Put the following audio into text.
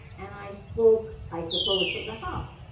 and i spoke, i suppose, from the heart,